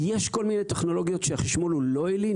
יש כל מיני טכנולוגיות שהחשמול הוא לא עילי.